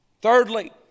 Thirdly